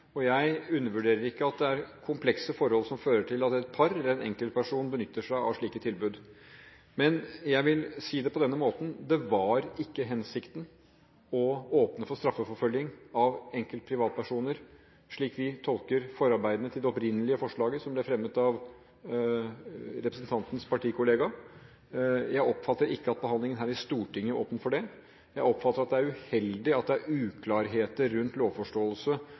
Jeg undervurderer ikke at det er komplekse forhold som fører til at et par eller en enkeltperson benytter seg av slike tilbud. Men jeg vil si det på denne måten: Det var ikke hensikten å åpne for strafforfølgning av enkelt- og privatpersoner, slik vi tolker forarbeidene til det opprinnelige forslaget, som ble fremmet av representantens partikollega. Jeg oppfatter ikke at behandlingen her i Stortinget åpner for det. Jeg oppfatter det slik at det er uheldig at det er uklarheter rundt